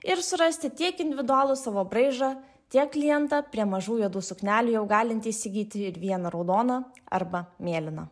ir surasti tiek individualų savo braižą tiek klientą prie mažų juodų suknelių jau galinti įsigyti ir viena raudoną arba mėlyną